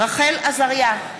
רחל עזריה,